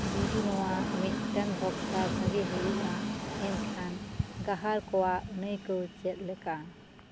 ᱡᱩᱫᱤ ᱱᱚᱣᱟ ᱢᱤᱫᱴᱟᱝ ᱵᱷᱚᱠᱛᱟ ᱵᱷᱟᱜᱤ ᱦᱩᱭᱩᱜᱼᱟ ᱮᱱᱠᱷᱟᱱ ᱜᱟᱦᱟᱨ ᱠᱚᱣᱟᱜ ᱟᱹᱱᱟᱹᱭᱠᱟᱹᱣ ᱪᱮᱫ ᱞᱮᱠᱟ